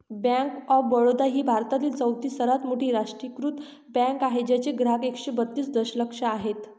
bank of Baroda ही भारतातील चौथी सर्वात मोठी राष्ट्रीयीकृत बँक आहे ज्याचे ग्राहक एकशे बत्तीस दशलक्ष आहेत